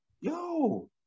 yo